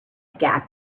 gap